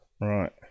Right